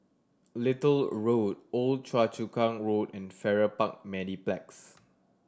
Little Road Old Choa Chu Kang Road and Farrer Park Mediplex